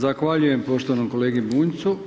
Zahvaljujem poštovanom kolegi Bunjcu.